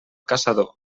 caçador